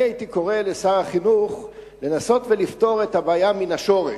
הייתי קורא לשר החינוך לנסות לפתור את הבעיה מהשורש.